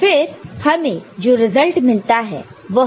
तो फिर हमें जो रिजल्ट मिलता है वह 1 1 0 1 है